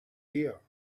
there